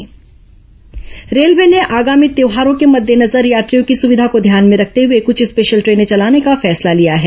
special train railway ने आगामी त्यौहारों के मद्देनजर यात्रियों की सुविधा को ध्यान में रखते हुए कुछ स्पेशल ट्रेनें चलाने का फैसला लिया है